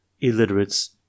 illiterates